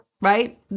Right